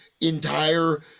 entire